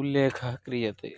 उल्लेखः क्रियते